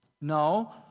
No